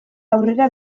aurrera